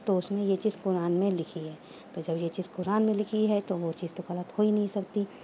تو اس میں یہ چیز قرآن میں لکھی ہے تو جب یہ چیز قرآن میں لکھی ہے تو وہ چیز تو غلط ہو ہی نہیں سکتی